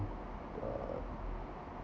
uh